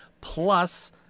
Plus